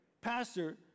pastor